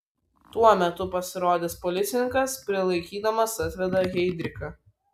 tuo metu pasirodęs policininkas prilaikydamas atveda heidrichą